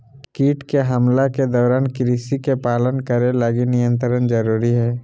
कीट के हमला के दौरान कृषि के पालन करे लगी नियंत्रण जरुरी हइ